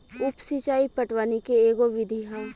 उप सिचाई पटवनी के एगो विधि ह